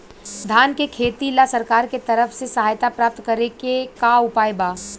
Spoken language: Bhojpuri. धान के खेती ला सरकार के तरफ से सहायता प्राप्त करें के का उपाय बा?